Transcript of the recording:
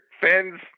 Fans